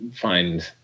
Find